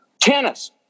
Tennis